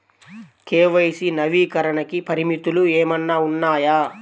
KYC నవీకరణకి పరిమితులు ఏమన్నా ఉన్నాయా?